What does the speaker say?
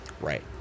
Right